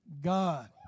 God